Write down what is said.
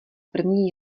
první